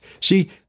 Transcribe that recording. See